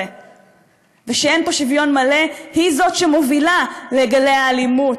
ושאין פה שוויון מלא היא שמובילה לגלי האלימות,